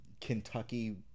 Kentucky